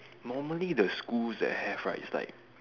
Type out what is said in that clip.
normally the schools that have right it's like